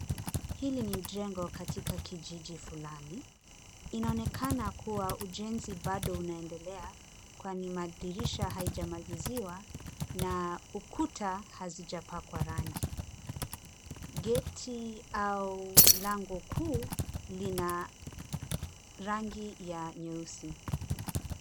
Hili ni jengo katikati kijijini fulani. Inaonekana kuwa ujenzi bado unaendelea kwani madirisha haija Maliziwa na ukuta hazijapakwa rangi. [cs ] Geti [cs ] au lango kuu lina rangi ya nyeusi.